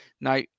Now